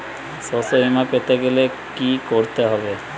শষ্যবীমা পেতে গেলে কি করতে হবে?